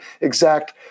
exact